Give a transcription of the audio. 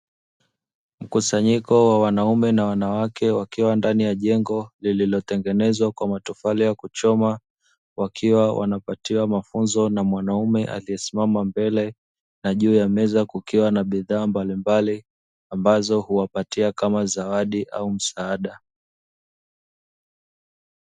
Mkusanyiko wa wanaume na wanawake wakiwa ndani ya jengo lililotengenezwa kwa matofali ya kuchoma wakiwa wanapatiwa mafunzo na mwanamume aliyesimama mbele na juu ya meza kukiwa na bidhaa mbalimbali ambazo huwapatia kama zawadi au msaada.